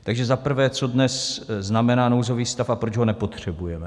Takže za prvé, co dnes znamená nouzový stav a proč ho nepotřebujeme.